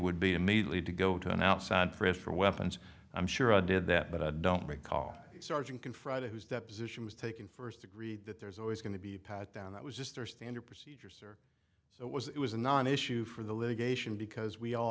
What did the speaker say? would be immediately to go to an outside frisk for weapons i'm sure i did that but i don't recall sergeant can freida whose deposition was taken first agreed that there's always going to be a pat down that was just there standard procedures or so it was it was a non issue for the litigation because we all